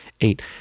eight